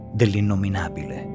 dell'innominabile